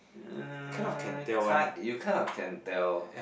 uh kind you kinda can tell